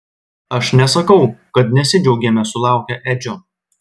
aš nesakau kad nesidžiaugėme sulaukę edžio